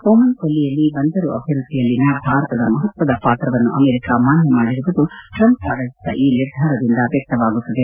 Oman ಕೊಲ್ಲಿಯಲ್ಲಿ ಬಂದರು ಅಭಿವೃದ್ಧಿಯಲ್ಲಿನ ಭಾರತದ ಮಹತ್ವದ ಪಾತ್ರವನ್ನು ಅಮೆರಿಕ ಮಾನ್ಯ ಮಾಡಿರುವುದು ಟ್ರಂಪ್ ಆಡಳಿತದ ಈ ನಿರ್ಧಾರದಿಂದ ವ್ಯಕ್ತವಾಗುತ್ತದೆ